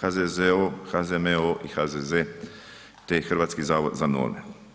HZZO, HZMO i HZZ te i Hrvatski zavod za norme.